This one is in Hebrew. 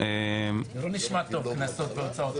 (תיקון),